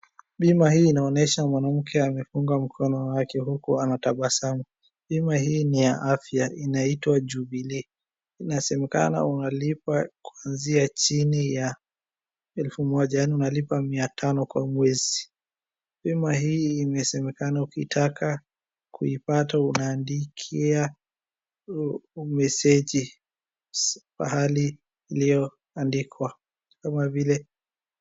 Bima hii inaonyesha mwamake amefunga mikono yake huku anatabasamu. Bima hii ni ya afya inaitwa Jubilee inasemekana unalipa kwanzia chini ya elfu moja na unalipa mia tano kwa mwezi. Bima hii imesemekana ukiitaka kuipata unaandikia meseji pahali iliyoandikwa kama vile,,,,,,